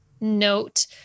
note